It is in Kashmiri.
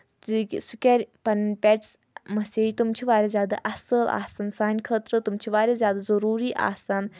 زِ کہِ سُہ کَرِ پَنٕنۍ پؠٹٕس مسیج تِم چھِ واریاہ زیادٕ اَصٕل آسان سانہِ خٲطرٕ تِم چھِ واریاہ زیادٕ ضٔروٗری آسان